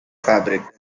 fabric